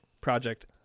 Project